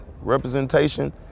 representation